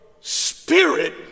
spirit